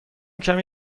کمی